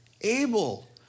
Abel